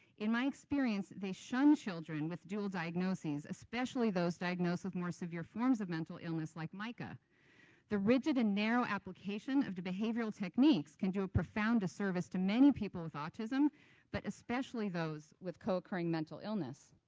in my experience they shun children with dual diagnoses, especially those diagnosed with more severe forms of mental illness. like like ah the rigid and narrow application of behavioral techniques can do a profound service to many people with autism but especially those with co-occurring mental illness.